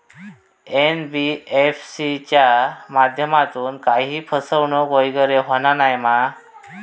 NBFC च्या माध्यमातून काही फसवणूक वगैरे होना नाय मा?